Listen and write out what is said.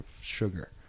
sugar